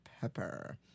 pepper